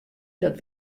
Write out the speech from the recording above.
dat